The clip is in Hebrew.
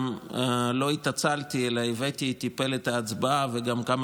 גם לא התעצלתי אלא הבאתי איתי את פלט ההצבעה וגם כמה